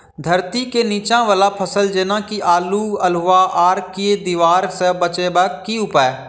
धरती केँ नीचा वला फसल जेना की आलु, अल्हुआ आर केँ दीवार सऽ बचेबाक की उपाय?